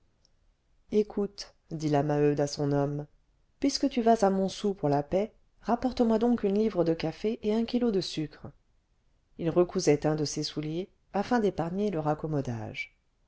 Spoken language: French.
écoute dit la maheude à son homme puisque tu vas à montsou pour la paie rapporte moi donc une livre de café et un kilo de sucre il recousait un de ses souliers afin d'épargner le raccommodage